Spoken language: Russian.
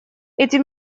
эти